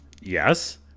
Yes